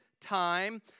time